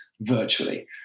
virtually